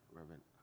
Reverend